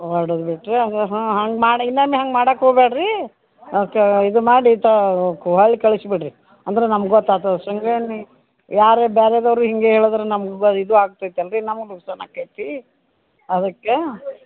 ಹೊಡದ್ಬಿಟ್ರಾ ಹಾಂ ಹಂಗೆ ಮಾಡ ಇನ್ನೊಮ್ಮೆ ಹಂಗೆ ಮಾಡಕ್ಕ ಹೋಗಬ್ಯಾಡ್ರಿ ಓಕೆ ಇದು ಮಾಡಿ ಹೊಳ್ಳಿ ಕಳ್ಸಿ ಬಿಡಿರಿ ಅಂದ್ರೆ ನಮ್ಗೆ ಗೊತ್ತಾತದೆ ಯಾರೆ ಬೇರೆದವ್ರು ಹೀಗೆ ಹೇಳಿದ್ರೆ ನಮ್ಗೆ ಇದು ಆಗ್ತೈತಲ್ಲ ರಿ ನಮ್ಗೆ ಲುಕ್ಸಾನು ಆಕ್ಕೆತಿ ಅದಕ್ಕೆ